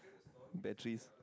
batteries